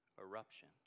eruption